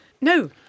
No